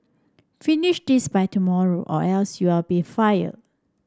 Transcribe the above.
finish this by tomorrow or else you'll be fired